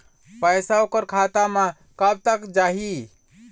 पैसा ओकर खाता म कब तक जाही?